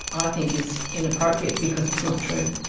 i think is inappropriate because it's not true.